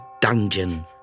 dungeon